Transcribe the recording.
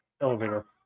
elevator